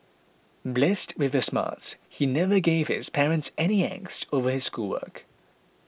blessed with the smarts he never gave his parents any angst over his schoolwork